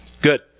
good